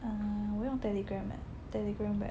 uh 我用 Telegram eh Telegram Web